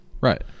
Right